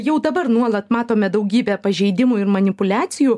jau dabar nuolat matome daugybę pažeidimų ir manipuliacijų